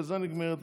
בזה נגמרת הרשימה.